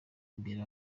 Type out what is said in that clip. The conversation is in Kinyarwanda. mbere